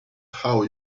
how